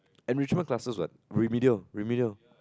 enrichment classes what remedial remedial